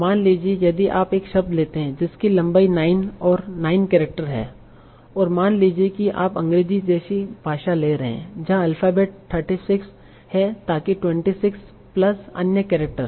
मान लीजिए यदि आप एक शब्द लेते हैं जिसकी लंबाई 9 और 9 केरेक्टर है और मान लीजिए कि आप अंग्रेजी जैसी भाषा ले रहे हैं जहा अल्फाबेट 36 है ताकि 26 प्लस अन्य केरेक्टर